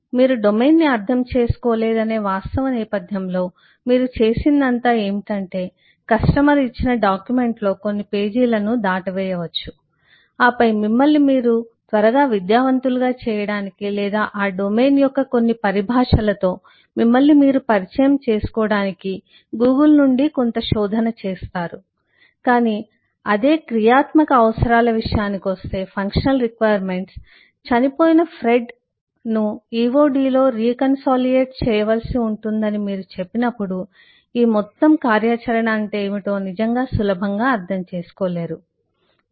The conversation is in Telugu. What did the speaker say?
మీరు డొమైన్ను అర్థం చేసుకోలేదనే వాస్తవం నేపథ్యంలో మీరు చేసినదంతా ఏమిటంటే కస్టమర్ ఇచ్చిన డాక్యుమెంట్లో కొన్ని పేజీలను దాటవేయవచ్చు ఆపై మిమ్మల్ని మీరు త్వరగా విద్యావంతులుగా చేయడానికి లేదా ఆ డొమైన్ యొక్క కొన్ని పరిభాషలతో మిమ్మల్ని మీరు పరిచయం చేసుకోవడానికి గూగుల్ నుండి కొంత శోధన చేసారు కాని అదే క్రియాత్మక అవసరాల విషయానికి వస్తే చనిపోయిన ఫ్రెడ్ను EOD లో రీకన్సొలీయేట్ చేయవలసి ఉంటుందని మీరు చెప్పినప్పుడు ఈ మొత్తం కార్యాచరణ అంటే ఏమిటో నిజంగా సులభంగా అర్థం చేసుకోలేరు ఈ